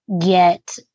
get